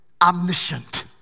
omniscient